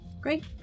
Great